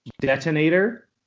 detonator